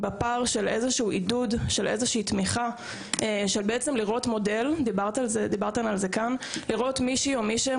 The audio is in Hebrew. בפער של עידוד ותמיכה של לראות מודל שנמצא שם